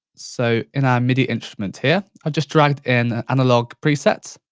so in our midi instruments here, i've just dragged in analogue presets,